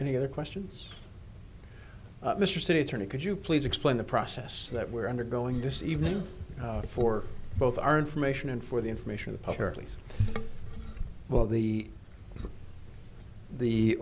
any other questions mr city attorney could you please explain the process that we're undergoing this evening for both our information and for the information apparently well the the